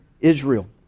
Israel